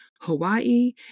Hawaii